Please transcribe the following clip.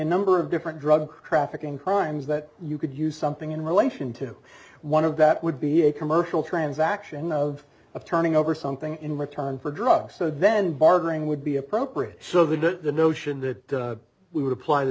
number of different drug trafficking crimes that you could use something in relation to one of that would be a commercial transaction of of turning over something in return for drugs so then bargaining would be appropriate so the notion that we would apply t